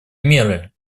меры